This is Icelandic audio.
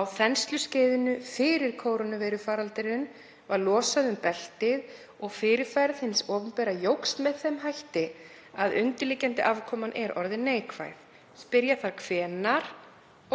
„Á þensluskeiðinu fyrir kórónuveirufaraldurinn var losað um beltið og fyrirferð hins opinbera jókst með þeim hætti að undirliggjandi afkoman er orðin neikvæð. Spyrja þarf hvenær